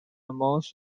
morse